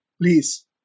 please